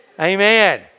Amen